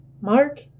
Mark